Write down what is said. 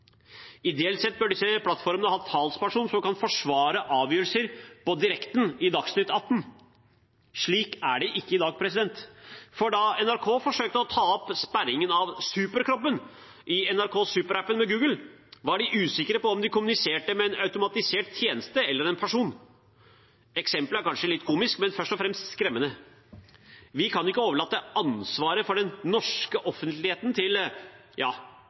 Ideelt sett bør disse plattformene ha talspersoner som kan forsvare avgjørelser på direkten i Dagsnytt 18. Slik er det ikke i dag. Da NRK forsøkte å ta opp sperringen av Superkroppen i NRK Super-appen med Google, var de usikre på om de kommuniserte med en automatisert tjeneste eller en person. Eksempelet er kanskje litt komisk, men først og fremst skremmende. Vi kan ikke overlate ansvaret for den norske offentligheten til